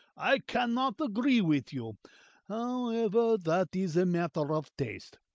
i cannot agree with you however, that is a matter of taste,